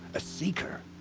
a seeker?